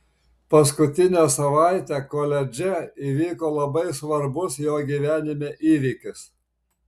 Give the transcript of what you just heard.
paskutinę savaitę koledže įvyko labai svarbus jo gyvenime įvykis